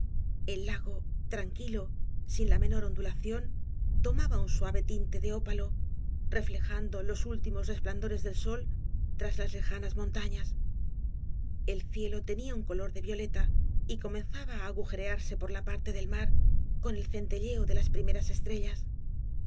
el lago tranquilo sin la menor ondulación tomaba un suave tinte de ópalo reflejando los últimos resplandores del sol tras las lejanas montañas el cielo tenía un color de violeta y comenzaba á agujerearse por la parte del mar con el centelleo de las primeras estrellas